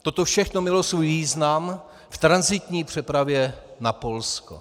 Toto všechno mělo svůj význam v tranzitní přepravě na Polsko.